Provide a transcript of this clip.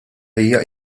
hija